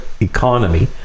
economy